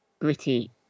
gritty